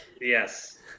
Yes